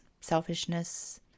selfishness